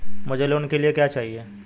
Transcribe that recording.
मुझे लोन लेने के लिए क्या चाहिए?